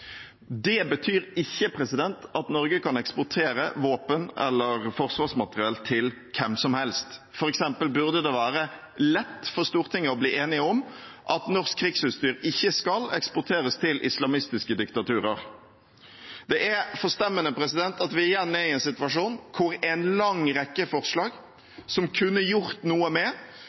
Det betyr ikke at Norge kan eksportere våpen eller forsvarsmateriell til hvem som helst. For eksempel burde det være lett for Stortinget å bli enig om at norsk krigsutstyr ikke skal eksporteres til islamistiske diktaturer. Det er forstemmende at vi igjen er i en situasjon hvor en lang rekke forslag som kunne gjort noe med